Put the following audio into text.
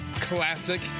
Classic